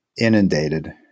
inundated